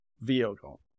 vehicle